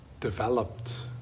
developed